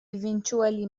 eventually